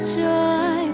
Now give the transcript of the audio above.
joy